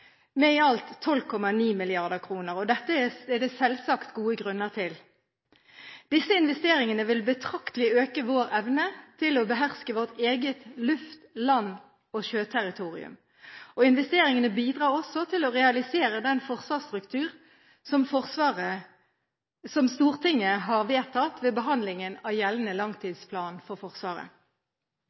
med i alt 12,9 mrd. kr. Dette er det selvsagt gode grunner til. Disse investeringene vil betraktelig øke vår evne til å beherske vårt eget luft-, land- og sjøterritorium. Investeringene bidrar også til å realisere den forsvarsstruktur som Stortinget har vedtatt ved behandlingen av gjeldende langtidsplan for Forsvaret.